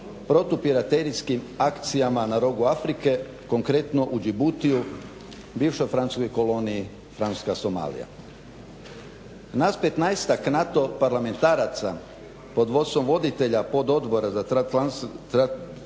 protupiraterijskim akcijama na rubu Afrike, konkretno u Djiboutiju bivšoj francuskoj koloniji Francuska Somalija. Nas 15-ak NATO parlamentaraca pod vodstvom voditelja pododbora za transatlantsku